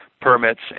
permits